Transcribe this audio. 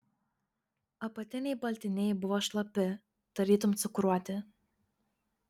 apatiniai baltiniai buvo šlapi tarytum cukruoti